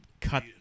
cut